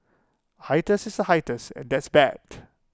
hiatus is A hiatus and that's bad